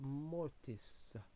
Mortis